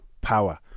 power